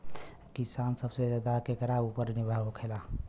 किसान सबसे ज्यादा केकरा ऊपर निर्भर होखेला?